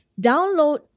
download